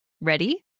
Ready